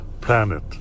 planet